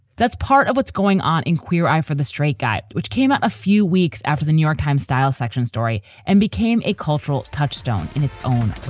that's part of what's going on in queer eye for the straight guy, which came out a few weeks after the new york times style section story and became a cultural touchstone in its own